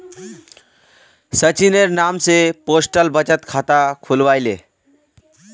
सचिनेर नाम स पोस्टल बचत खाता खुलवइ ले